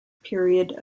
period